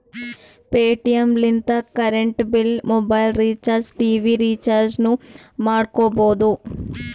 Paytm ಲಿಂತ current bill, mobile recharge, TV ರಿಚಾರ್ಜನೂ ಮಾಡ್ಕೋಬೋದು